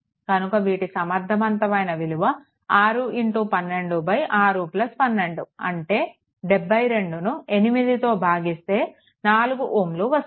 కనుక వీటి సమర్ధవంతమైన విలువ 612612 అంటే 72ను 8తో భాగిస్తే 4 Ω వస్తుంది